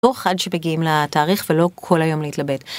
לא חד שפגיעים לתאריך ולא כל היום להתלבט.